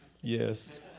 Yes